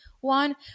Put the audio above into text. One